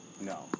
no